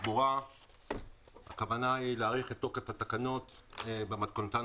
הכוונה היא להאריך את תוקף התקנות במתכונתן